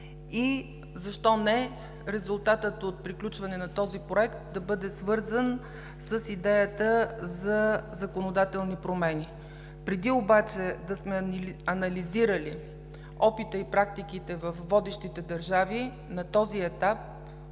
и защо не – резултатът от приключване на този Проект да бъде свързан с идеята за законодателни промени?! Преди да сме анализирали опита и практиките във водещите държави, на този етап,